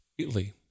completely